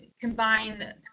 combine